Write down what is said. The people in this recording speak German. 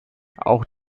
auch